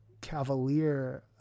cavalier